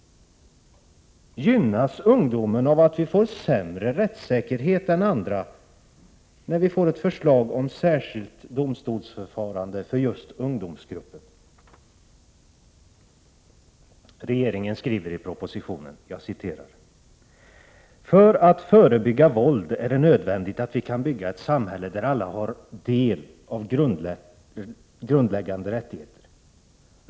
Gynnas ungdomen av att vi får sämre rättssäkerhet än man har i andra länder, när det läggs fram ett förslag om särskilt domstolsförfarande för just ungdomsgrupper? Regeringen skriver i propositionen: ”För att förebygga våld är det nödvändigt att vi kan bygga ett samhälle där alla har del av grundläggande rättigheter.